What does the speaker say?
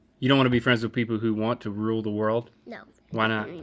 you don't wanna be friends with people who want to rule the world? no. why not?